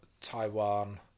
Taiwan